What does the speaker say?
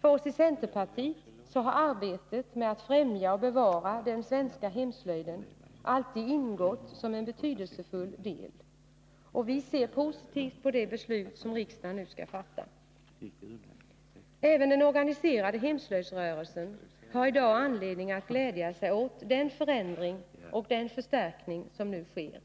För oss i centerpartiet har arbetet med att främja och bevara den svenska hemslöjden alltid ingått som en betydelsefull del, och vi ser positivt på det beslut som riksdagen nu skall fatta. Även den organiserade hemslöjdsrörelsen har i dag anledning att glädja sig åt den förändring och förstärkning som nu sker.